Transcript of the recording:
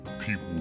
people